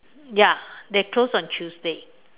ya they close on Tuesday